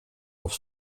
auf